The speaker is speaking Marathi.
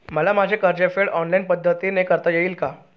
मला माझे कर्जफेड ऑनलाइन पद्धतीने करता येईल का?